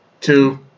Two